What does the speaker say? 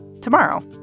tomorrow